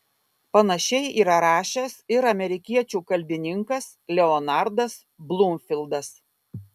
panašiai yra rašęs ir amerikiečių kalbininkas leonardas blumfildas